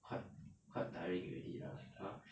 quite quite tiring already lah !huh!